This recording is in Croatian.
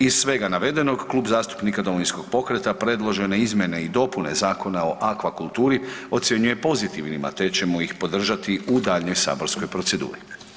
Iz svega navedenog Klub zastupnika Domovinskog pokreta predložene izmjene i dopune Zakona o aquakulturi ocjenjuje pozitivnima, te ćemo ih podržati u daljnjoj saborskoj proceduri.